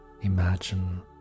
Imagine